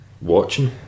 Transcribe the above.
watching